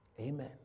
Amen